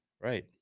right